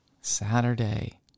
Saturday